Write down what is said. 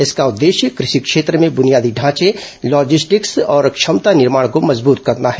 इसका उद्देश्य कृषि क्षेत्र में बुनियादी ढांचे लॉजिस्टिक्स और क्षमता निर्माण को मजबूत करना है